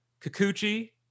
Kikuchi